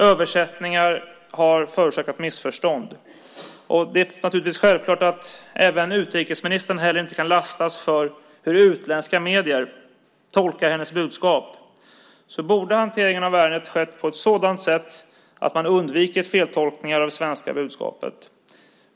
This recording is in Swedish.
Översättningar har förorsakat missförstånd. Och det är naturligtvis självklart att även om utrikesministern inte heller kan lastas för hur utländska medier tolkar hennes budskap borde hanteringen av ärendet ha skett på ett sådant sätt att man undvikit feltolkningar av det svenska budskapet.